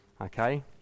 Okay